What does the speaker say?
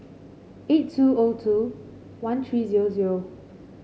eight two O two one three zero zero